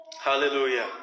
Hallelujah